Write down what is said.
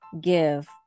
give